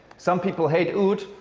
some people hate oud,